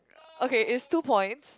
okay is two points